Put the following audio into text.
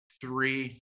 three